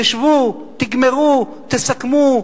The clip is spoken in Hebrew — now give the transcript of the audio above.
תשבו, תגמרו, תסכמו.